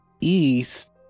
east